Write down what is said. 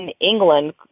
England